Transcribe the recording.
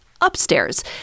upstairs